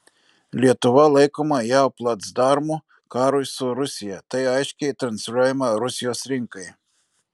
lietuva laikoma jav placdarmu karui su rusija tai aiškiai transliuojama rusijos rinkai